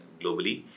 globally